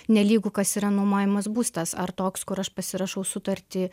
nelygu kas yra nuomojamas būstas ar toks kur aš pasirašau sutartį